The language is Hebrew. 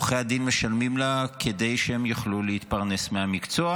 עורכי הדין משלמים לה כדי שהם יוכלו להתפרנס מהמקצוע,